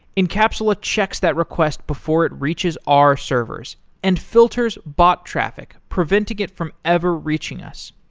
encapsula checks that request before it reaches our servers and filters bot traffic preventing it from ever reaching us.